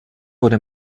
wurde